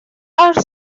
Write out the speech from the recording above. are